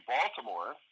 Baltimore